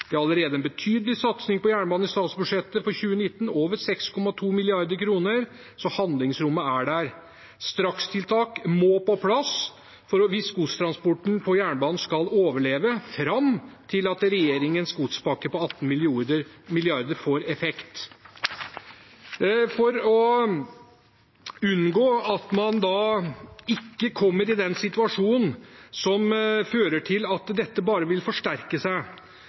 Det er allerede en betydelig satsing på jernbane i statsbudsjettet for 2019 – over 6,2 mrd. kr – så handlingsrommet er der. Strakstiltak må på plass hvis godstransporten på jernbanen skal overleve fram til regjeringens godspakke på 18 mrd. får effekt. For å unngå at man kommer i en situasjon som fører til at dette bare vil forsterke seg,